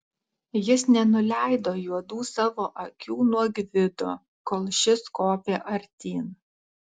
jis nenuleido juodų savo akių nuo gvido kol šis kopė artyn